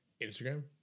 Instagram